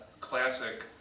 classic